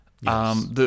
Yes